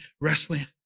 wrestling